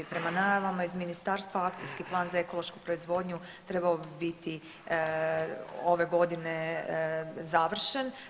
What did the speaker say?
Prema najavama iz ministarstva akcijski plan za ekološku proizvodnju trebao bi biti ove godine završen.